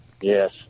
yes